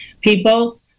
people